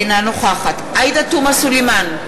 אינה נוכחת עאידה תומא סלימאן,